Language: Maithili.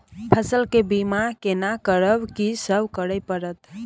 फसल के बीमा केना करब, की सब करय परत?